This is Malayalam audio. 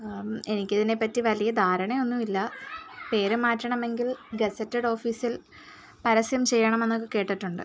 എനിക്കിതിനെപ്പറ്റി വലിയ ധാരണയൊന്നുമില്ല പേര് മാറ്റണമെങ്കിൽ ഗസെറ്റഡ് ഓഫീസിൽ പരസ്യം ചെയ്യണമെന്നൊക്കെ കേട്ടിട്ടുണ്ട്